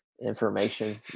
information